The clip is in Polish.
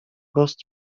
wprost